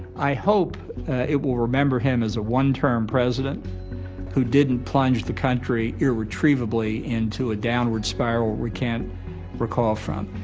i hope it will remember him as a one-term president who didn't plunge the country irretrievably into a downward spiral we can't recall from.